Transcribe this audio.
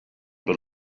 but